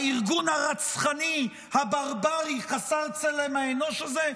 הארגון הרצחני, הברברי, חסר צלם האנוש הזה?